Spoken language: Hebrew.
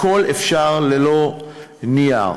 הכול אפשר ללא נייר.